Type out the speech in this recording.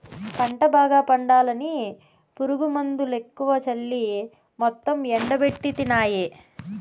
పంట బాగా పండాలని పురుగుమందులెక్కువ చల్లి మొత్తం ఎండబెట్టితినాయే